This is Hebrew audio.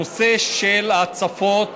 הנושא של הצפות